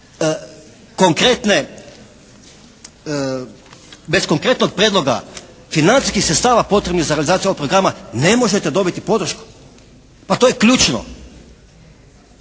Bez konkretnog prijedloga financijskih sredstava potrebnih za realizaciju ovog programa ne možete dobiti podršku. Pa to je ključno.